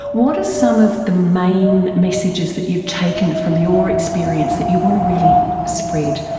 what are some of the main messages that you've taken from your experience that you want to really spread?